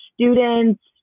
students